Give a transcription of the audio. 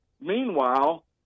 Meanwhile